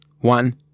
one